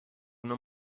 una